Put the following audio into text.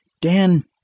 Dan